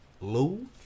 Lou